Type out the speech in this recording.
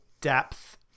depth